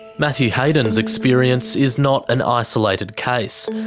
matthew hayden's experience is not an isolated case.